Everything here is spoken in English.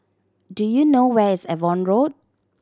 do you know where is Avon Road